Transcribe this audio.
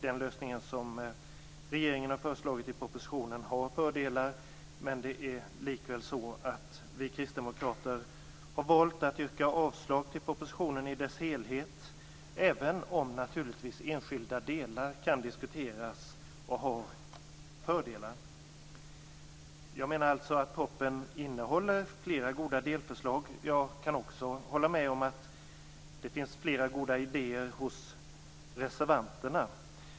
Den lösning som regeringen har föreslagit i propositionen har fördelar, men vi kristdemokrater har likväl valt att yrka avslag på propositionen i dess helhet, även om naturligtvis enskilda delar kan diskuteras och har fördelar. Jag menar alltså att propositionen innehåller flera goda delförslag. Jag kan också hålla med om att reservanterna har flera goda idéer.